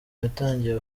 yatangiye